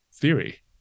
theory